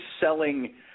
selling